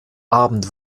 abend